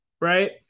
right